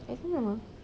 I don't know ah